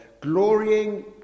glorying